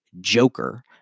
Joker